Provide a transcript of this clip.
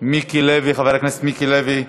חבר הכנסת מיקי לוי,